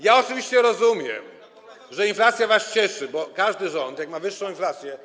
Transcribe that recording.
Ja oczywiście rozumiem, że inflacja was cieszy, bo każdy rząd, jak ma wyższą inflację.